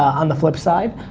on the flip side.